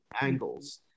angles